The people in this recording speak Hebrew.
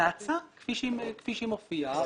להצעה כפי שהיא מופיעה.